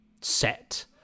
set